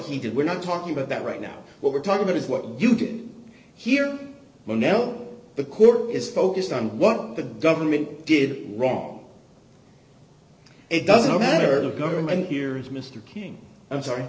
he did we're not talking about that right now what we're talking about is what you did here well now the court is focused on what the government did wrong it doesn't matter government here is mr king i'm sorry